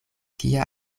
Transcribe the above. kia